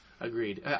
Agreed